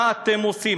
מה אתם עושים?